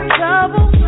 trouble